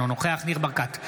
אינו נוכח ניר ברקת,